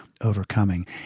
overcoming